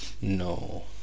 no